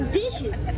dishes